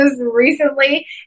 recently